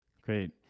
Great